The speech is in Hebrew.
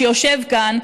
שיושב כאן,